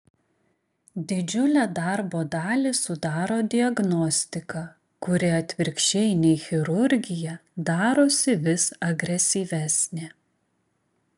didžiulę darbo dalį sudaro diagnostika kuri atvirkščiai nei chirurgija darosi vis agresyvesnė